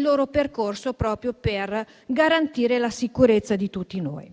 loro percorso proprio per garantire la sicurezza di tutti noi.